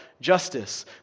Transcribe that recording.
justice